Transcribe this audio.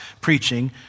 preaching